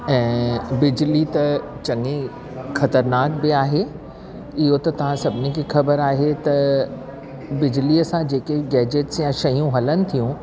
ऐं बिजली त चङी ख़तरनाकु बि आहे इहो त तव्हां सभिनि खे ख़बर आहे त बिजलीअ सां जेके बि गैजेट्स या शयूं हलनकु थियूं